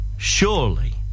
surely